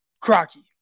CROCKY